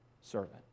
servant